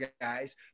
guys